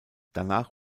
danach